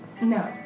No